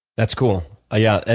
that's cool. ah yeah,